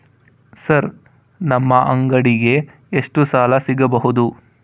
Sir ನಮ್ಮ ಅಂಗಡಿಗೆ ಎಷ್ಟು ಸಾಲ ಸಿಗಬಹುದು?